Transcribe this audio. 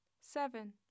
seven